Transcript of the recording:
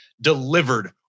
delivered